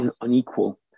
unequal